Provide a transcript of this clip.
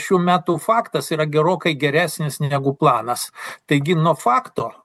šių metų faktas yra gerokai geresnis negu planas taigi nuo fakto